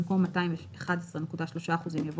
במקום "211.3%" יבוא